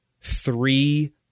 three